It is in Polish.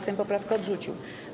Sejm poprawkę odrzucił.